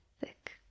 thick